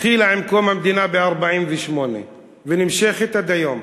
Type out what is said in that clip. התחילה עם קום המדינה, ב-1948, ונמשכת עד היום.